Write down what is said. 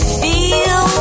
feel